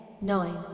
nine